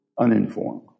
uninformed